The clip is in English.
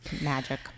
magic